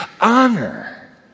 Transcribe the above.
Honor